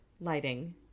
lighting